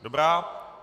Dobrá.